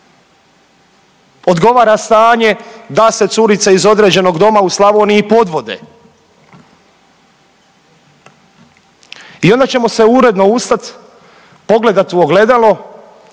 odgovara stanje da se curice iz određenog doma u Slavoniji podvode i onda ćemo se uredno ustat, pogledat u ogledalo